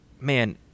Man